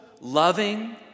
loving